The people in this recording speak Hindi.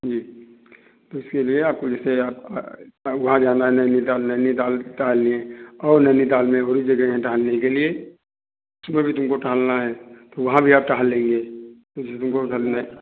जी तो इसके लिए आपको जैसे आप को वहाँ जाना है नैनीताल नैनीताल टहलिए और नैनीताल मे बहुत जगह हैं टहलने के लिए उस पर भी तुमको टहलना है तो वहाँ भी आप टहल लेंगे